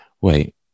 wait